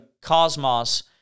cosmos